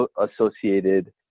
associated